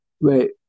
Wait